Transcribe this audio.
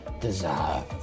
desire